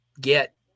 get